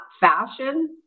fashion